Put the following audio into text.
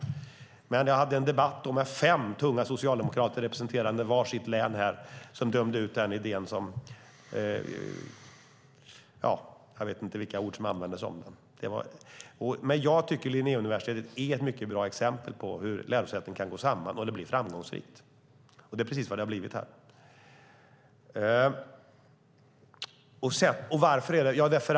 Jag hade en debatt här med fem tunga socialdemokrater, representerande var sitt län, som tydligt dömde ut den idén. Jag tycker att Linnéuniversitetet är ett mycket bra exempel på hur lärosäten kan gå samman och resultatet blir framgångsrikt. Det är precis vad det har blivit här. Varför är det så?